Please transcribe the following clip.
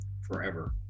forever